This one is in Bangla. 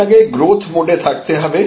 আপনাকে গ্রোথ মোড এ থাকতে হবে